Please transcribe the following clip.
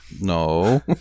No